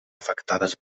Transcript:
afectades